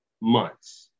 months